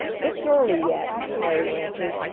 it's early yet, harry answered,